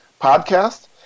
Podcast